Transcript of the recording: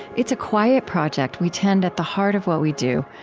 it's a quiet project we tend at the heart of what we do,